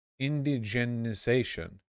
indigenization